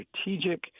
strategic